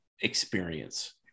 experience